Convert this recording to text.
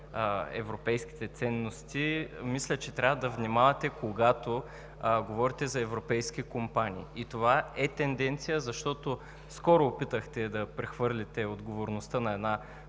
европейските ценности, мисля, че трябва да внимавате, когато говорите за европейски компании. Това е тенденция, защото скоро опитахте да прехвърлите отговорността на една